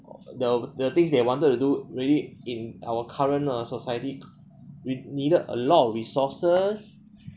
the the things they wanted to do maybe in our current err society nee~ needed a lot of resources